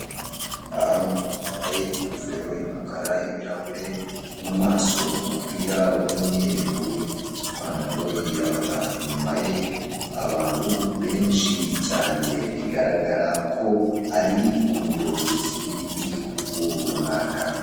Aha hari umugabo wambaye ingofero y'umukara, ibirahure mu maso, umupira w'umweru, ipantalo yirabura, inyuma ye abantu benshi cyane bigaragara ko ari umuyobozi w'igihugu runaka.